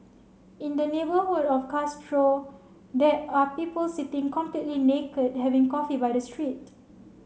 in the neighbourhood of Castro there are people sitting completely naked having coffee by the street